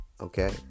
okay